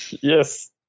yes